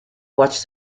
watch